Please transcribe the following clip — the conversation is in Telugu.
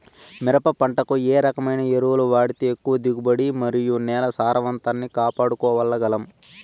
మిరప పంట కు ఏ రకమైన ఎరువులు వాడితే ఎక్కువగా దిగుబడి మరియు నేల సారవంతాన్ని కాపాడుకోవాల్ల గలం?